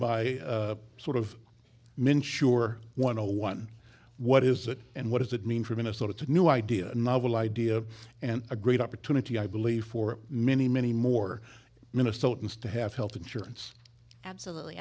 by sort of men sure one hundred one what is it and what does it mean for minnesota to new idea novel idea and a great opportunity i believe for many many more minnesotans to have health insurance absolutely